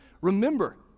Remember